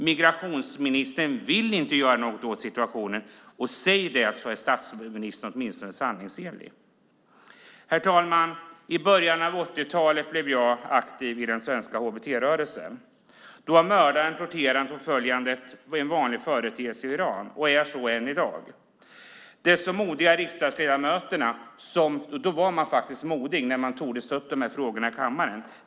Migrationsministern vill inte göra något åt situationen. Säg det så är statsrådet åtminstone ärlig. Herr talman! I början av 80-talet blev jag aktiv i den svenska hbt-rörelsen. Då var mördandet, torterandet och förföljandet en vanlig företeelse i Iran. Det är så än i dag. Då var man faktiskt modig när man vågade ta upp de här frågorna i kammaren.